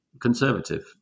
conservative